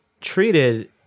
treated